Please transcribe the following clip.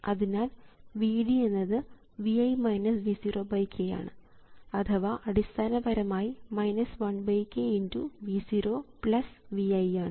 അതിനാൽ Vd എന്നത് Vi V0k ആണ് അഥവാ അടിസ്ഥാനപരമായി 1kV0 Vi ആണ്